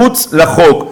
מחוץ לחוק.